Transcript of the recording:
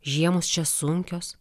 žiemos čia sunkios